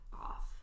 off